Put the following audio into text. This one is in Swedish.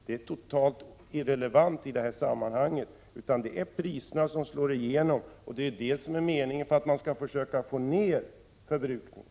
Det är totalt irrelevant i detta sammanhang, för det väsentliga är de priser som slår igenom. Meningen är att man skall försöka få ner elförbrukningen.